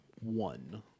one